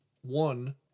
one